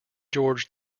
george